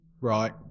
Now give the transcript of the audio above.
Right